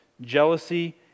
jealousy